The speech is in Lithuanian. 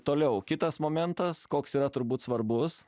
toliau kitas momentas koks yra turbūt svarbus